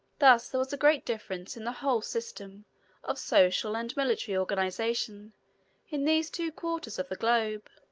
thus there was a great difference in the whole system of social and military organization in these two quarters of the globe.